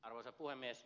arvoisa puhemies